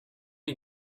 you